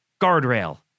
guardrail